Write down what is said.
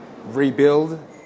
rebuild